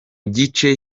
gice